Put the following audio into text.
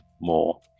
more